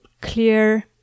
clear